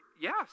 yes